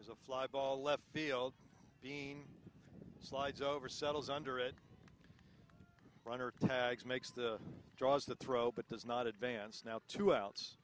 is a fly ball left field beane slides over settles under it runner tags makes the draws the throw but does not advance now two outs